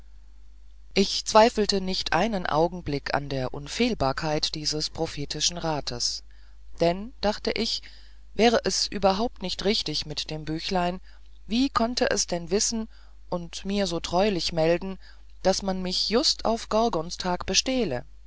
ich zweifelte nicht einen augenblick an der unfehlbarkeit dieses prophetischen rates denn dacht ich wär es überhaupt nicht richtig mit dem büchlein wie konnte es denn wissen und mir so treulich melden daß man mich just auf gorgonstag bestehle